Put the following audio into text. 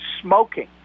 smoking